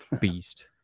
Beast